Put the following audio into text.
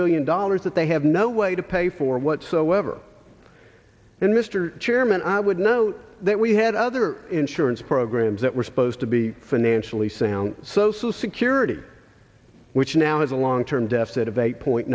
billion dollars that they have no way to pay for whatsoever and mr chairman i would note that we had other insurance programs that were supposed to be financially sound social security which now has a long term deficit of eight point